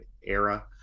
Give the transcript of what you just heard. era